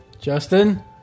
Justin